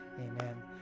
Amen